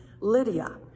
Lydia